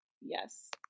Yes